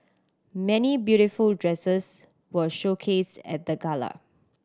many beautiful dresses were showcased at the gala